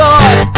Lord